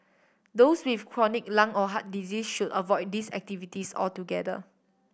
those with chronic lung or heart disease should avoid these activities altogether